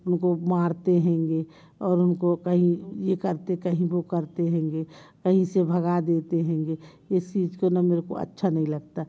उनको मारते हैंगे और उनको कहीं ये करते कहीं वो करते हैंगे कहीं से भगा देते हैंगे इस चीज़ को ना मेरे को अच्छा नहीं लगता